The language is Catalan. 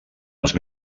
els